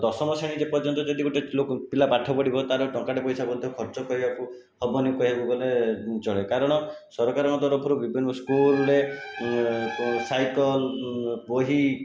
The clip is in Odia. ଦଶମ ଶ୍ରେଣୀ ଯେ ପର୍ଯ୍ୟନ୍ତ ଯଦି ଗୋଟିଏ ଲୋକ ପିଲା ପାଠ ପଢ଼ିବ ତାର ଟଙ୍କାଟେ ପଇସା ମଧ୍ୟ ଖର୍ଚ୍ଚ କରିବାକୁ ହବନି କହିବାକୁ ଗଲେ ଚଳେ କାରଣ ସରକାରଙ୍କ ତରଫରୁ ବିଭିନ୍ନ ସ୍କୁଲରେ ସାଇକଲ ବହି